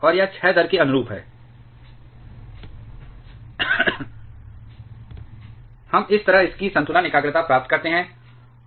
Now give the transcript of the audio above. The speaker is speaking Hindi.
और यह क्षय दर के अनुरूप है हम इस तरह इसकी संतुलन एकाग्रता प्राप्त करते हैं